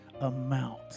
amount